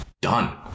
done